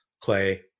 Clay